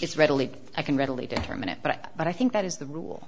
it's readily i can readily determine it but i think that is the rule